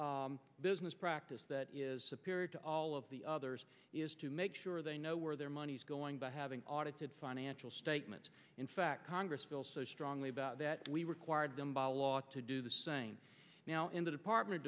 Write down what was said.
core business practice that is appearing to all of the others is to make sure they know where their money's going by having audited financial statement in fact congress feels so strongly about that we required them by a lot to do the same now in the department of